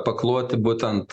pakloti būtent